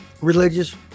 religious